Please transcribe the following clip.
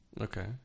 Okay